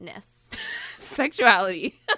sexuality